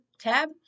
tab